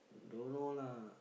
don't know lah